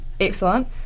Excellent